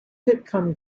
sitcom